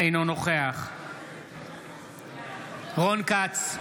אינו נוכח רון כץ,